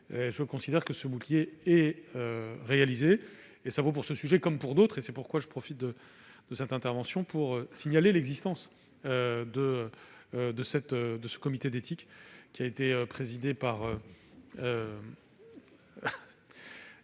je considère que c'est chose faite. Cela vaut pour ce sujet comme pour d'autres. C'est pourquoi je profite de cette intervention pour signaler l'existence de ce comité d'éthique qui fut d'abord présidé par